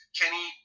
Kenny